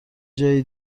جای